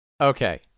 Okay